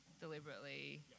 deliberately